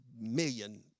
million